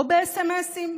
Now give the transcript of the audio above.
או בסמ"סים.